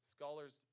Scholars